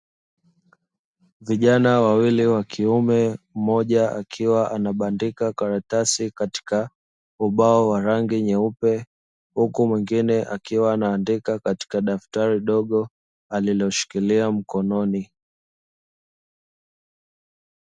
Vijana wawili wa kiume, mmoja akiwa anabandika karatasi katika ubao wa rangi nyeupe, huku mwingine akiwa anaandika katika daftari dogo aliloshikilia mkononi.